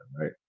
right